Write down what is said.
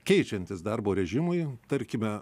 keičiantis darbo režimui tarkime